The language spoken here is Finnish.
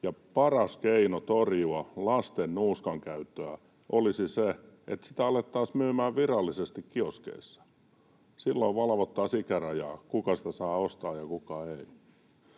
paras keino torjua lasten nuuskankäyttöä olisi, että sitä alettaisiin myymään virallisesti kioskeissa. Silloin valvottaisiin ikärajaa, kuka sitä saa ostaa ja kuka ei.